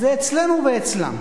זה "אצלנו" ו"אצלם".